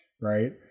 right